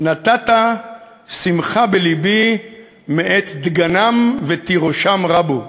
"נתתה שמחה בלבי מעת דגנם ותירושם רבו".